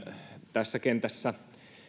tässä kentässä